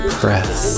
press